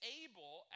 able